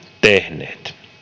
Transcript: tehneet